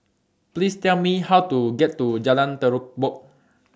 Please Tell Me How to get to Jalan Terubok